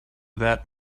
that